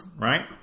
right